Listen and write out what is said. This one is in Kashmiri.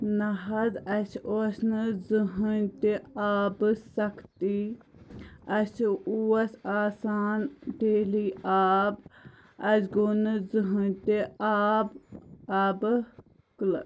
نَہ حظ اسہِ ٲس نہٕ زٕہٲنۍ تہِ آبہٕ سختی اسہِ اوس آسان ڈیلی آب اسہِ گوٚو نہٕ زٕہٲنۍ تہِ آب آبہٕ قٕلت